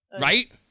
Right